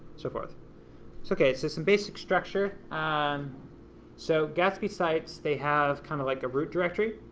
so forth. so okay, so some basic structure. and so gatsby sites, they have kind of like a root directory